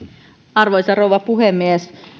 arvoisa rouva puhemies